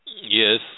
Yes